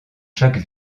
chaque